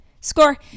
Score